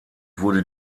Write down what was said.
wurde